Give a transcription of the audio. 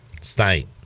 state